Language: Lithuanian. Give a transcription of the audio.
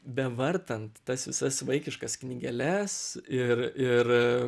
bevartant tas visas vaikiškas knygeles ir ir